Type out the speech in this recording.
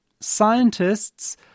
Scientists